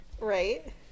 right